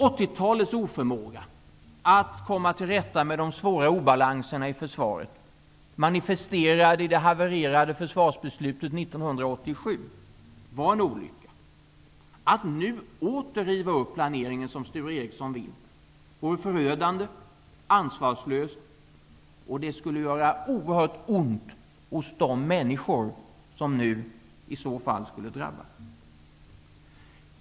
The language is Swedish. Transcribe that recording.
80-talets oförmåga att komma till rätta med de svåra obalanserna i försvaret, manifesterad i det havererade försvarsbeslutet 1987, var en olycka. Att nu åter riva upp planeringen, som Sture Ericson vill, vore förödande och ansvarslöst och skulle göra oerhört ont hos de människor som i så fall skulle drabbas.